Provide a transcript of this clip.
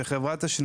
של חברת תשלומים,